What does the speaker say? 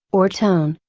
or tone,